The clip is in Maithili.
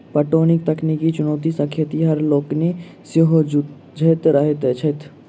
पटौनीक तकनीकी चुनौती सॅ खेतिहर लोकनि सेहो जुझैत रहैत छथि